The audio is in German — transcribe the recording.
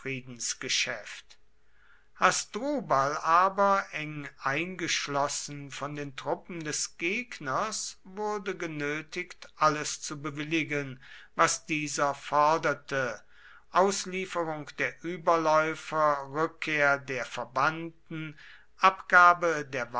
friedensgeschäft hasdrubal aber eng eingeschlossen von den truppen des gegners wurde genötigt alles zu bewilligen was dieser forderte auslieferung der überläufer rückkehr der verbannten abgabe der